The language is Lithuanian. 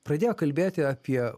pradėjo kalbėti apie